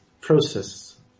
process